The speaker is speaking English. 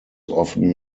often